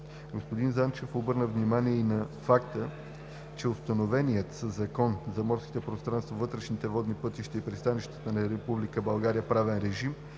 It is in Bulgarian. Господин Занчев обърна внимание и на факта, че установеният със Закона за морските пространства, вътрешните водни пътища и пристанищата на Република България правен режим